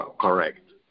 Correct